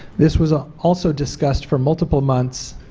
this was ah also discussed for multiple months,